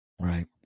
Right